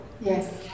Yes